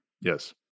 Yes